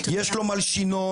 יש לו מלשינון,